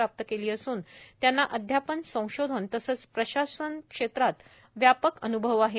प्राप्त केली असून त्यांना अध्यापन संशोधन तसंच प्रशासन क्षेत्रात व्यापक अन्भव आहे